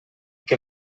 que